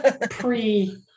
pre